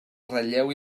ratlleu